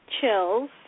chills